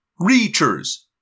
Reachers